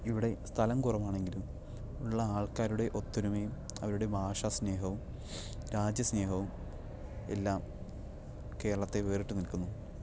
ഇവിടെ സ്ഥലം കുറവാണെങ്കിലും ഉള്ള ആൾക്കാരുടെ ഒത്തൊരുമയും അവരുടെ ഭാഷാസ്നേഹവും രാജ്യസ്നേഹവും എല്ലാം കേരളത്തെ വേറിട്ടുനിൽക്കുന്നു